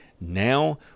now